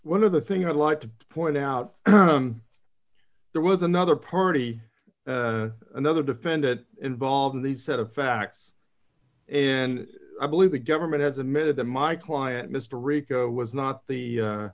one of the things i'd like to point out there was another party another defended involved in the set of facts and i believe the government as a method to my client mr rico was not the